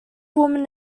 woman